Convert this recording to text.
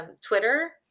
Twitter